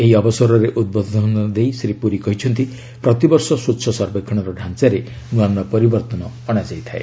ଏହି ଅବସରରେ ଉଦ୍ବୋଧନ ଦେଇ ଶ୍ରୀ ପୁରି କହିଛନ୍ତି ପ୍ରତିବର୍ଷ ସ୍ୱଚ୍ଛ ସର୍ବେକ୍ଷଣର ଡାଞ୍ଚାରେ ନୂଆ ନୂଆ ପରିବର୍ତ୍ତନ ଅଣାଯାଇଥାଏ